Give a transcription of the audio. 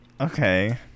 Okay